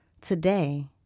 Today